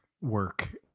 work